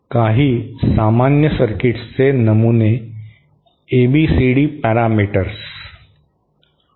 काही सामान्य सर्किट्सचे नमुने एबीसीडी पॅरामीटर्स